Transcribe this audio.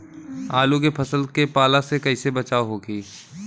आलू के फसल के पाला से कइसे बचाव होखि?